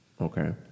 okay